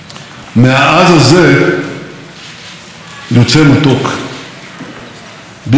בגלל האיום האיראני המשותף ובגלל ההערכה העצומה כלפינו,